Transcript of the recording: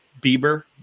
Bieber